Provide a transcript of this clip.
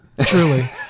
truly